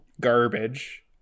garbage